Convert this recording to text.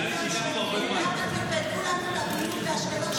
למה טרפדו לנו את המיון בשדרות?